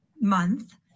month